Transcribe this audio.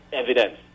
evidence